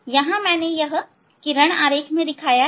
यहां मैंने यह किरण आरेख दिखाया है